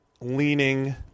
leaning